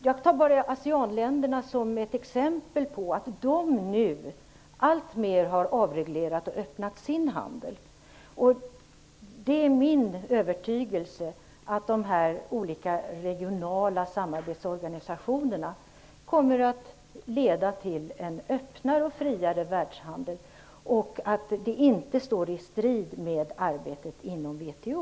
Jag tog bara Aseanländerna som ett exempel på länder som nu alltmer har avreglerat och öppnat sin handel. Det är min övertygelse att de här olika regionala samarbetsorganisationerna kommer att leda till en öppnare och friare världshandel och att detta inte står i strid med arbetet inom WTO.